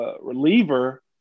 reliever